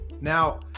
now